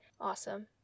awesome